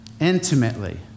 intimately